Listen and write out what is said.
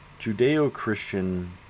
Judeo-Christian